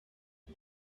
are